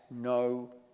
no